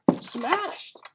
smashed